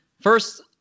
First